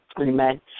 Amen